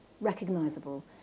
recognizable